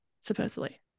supposedly